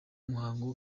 muhango